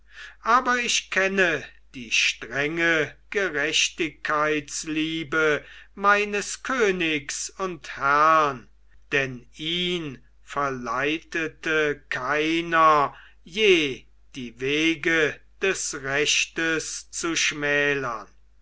aber ich kenne die strenge gerechtigkeitsliebe meines königs und herrn denn ihn verleitete keiner je die wege des rechtes zu schmälern